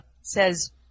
says